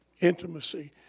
intimacy